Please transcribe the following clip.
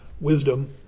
wisdom